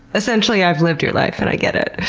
essentially, i've lived your life, and i get it.